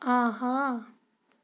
آہا